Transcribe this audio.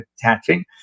attaching